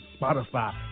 Spotify